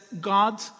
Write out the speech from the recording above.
God